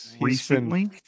recently